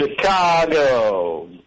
Chicago